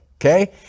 okay